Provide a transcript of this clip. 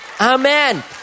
Amen